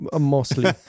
mostly